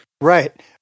right